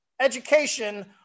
education